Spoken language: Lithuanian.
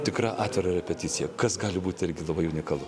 tikra atvira repeticija kas gali būti irgi labai unikalu